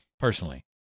Personally